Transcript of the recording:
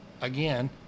again